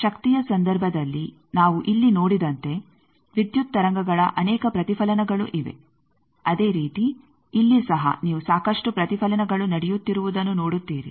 ಶಕ್ತಿಯ ಸಂದರ್ಭದಲ್ಲಿ ನಾವು ಇಲ್ಲಿ ನೋಡಿದಂತೆ ವಿದ್ಯುತ್ ತರಂಗಗಳ ಅನೇಕ ಪ್ರತಿಫಲನಗಳು ಇವೆ ಅದೇ ರೀತಿ ಇಲ್ಲಿ ಸಹ ನೀವು ಸಾಕಷ್ಟು ಪ್ರತಿಫಲನಗಳು ನಡೆಯುತ್ತಿರುವುದನ್ನು ನೋಡುತ್ತೀರಿ